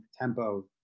tempo